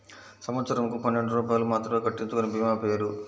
సంవత్సరంకు పన్నెండు రూపాయలు మాత్రమే కట్టించుకొనే భీమా పేరు?